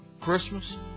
Christmas